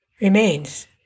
remains